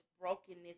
brokenness